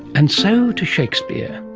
and so to shakespeare.